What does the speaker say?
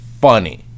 funny